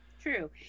True